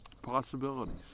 possibilities